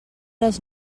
les